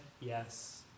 yes